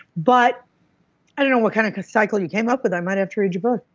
but i don't know what kind of cycle you came up with. i might have to read your book.